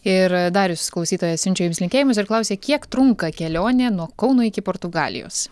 ir darius jūsų klausytojas siunčia jums linkėjimus ir klausia kiek trunka kelionė nuo kauno iki portugalijos